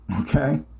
Okay